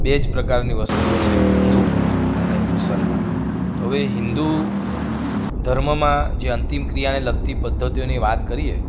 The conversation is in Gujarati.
બે જ પ્રકારની વસ્તીઓ છે એક હિન્દુ અને એક મુસલમાન તો હવે એ હિન્દુ ધર્મમાં જે અંતિમ ક્રિયાને લગતી પદ્ધતિઓની વાત કરીએ